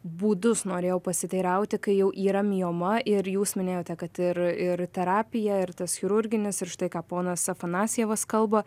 būdus norėjau pasiteirauti kai jau yra mioma ir jūs minėjote kad ir ir terapija ir tas chirurginis ir štai ką ponas afanasjevas kalba